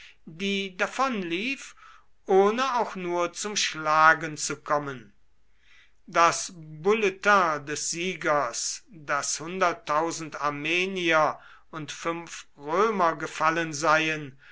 die davonlief ohne auch nur zum schlagen zu kommen das bulletin des siegers daß armenier und römer gefallen seien